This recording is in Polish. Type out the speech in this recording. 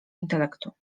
intelektu